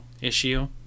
issue